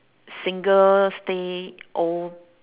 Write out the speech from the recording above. single stay old